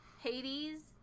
Hades